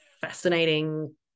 fascinating